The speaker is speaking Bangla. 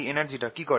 এই এনার্জিটা কি করে